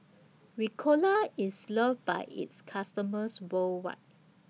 Ricola IS loved By its customers worldwide